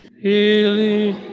healing